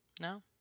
No